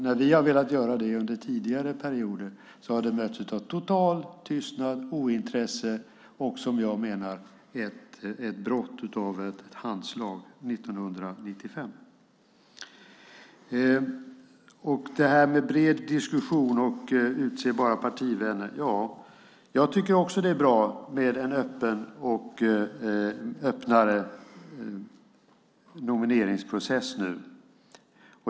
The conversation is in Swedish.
När vi har velat göra det under tidigare perioder har det mötts av total tystnad, ointresse och, som jag menar, ett brott mot ett handslag 1995. Det här med bred diskussion och att utse bara partivänner: Ja, jag tycker också att det är bra med en öppnare nomineringsprocess nu.